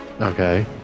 Okay